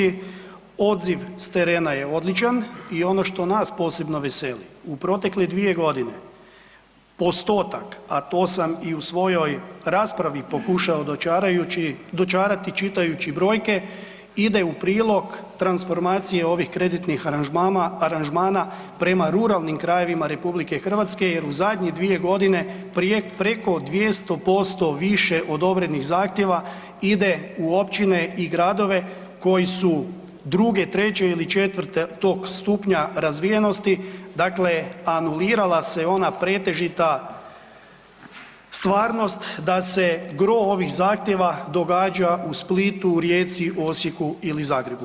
Odziv s terena je odličan i ono što nas posebno veseli u protekle dvije godine postotak, a to sam i u svojoj raspravi pokušao dočarati čitajući brojke ide u prilog transformacije ovih kreditnih aranžmana prema ruralnim krajevima RH jer u zadnje dvije godine preko 200% više odobrenih zahtjeva ide u općine i gradove koji su druge, treće ili tog četvrtog stupnja razvijenosti, dakle anulira se ona pretežita stvarnost da se gro ovih zahtjeva događa u Splitu, u Rijeci, Osijeku ili Zagrebu.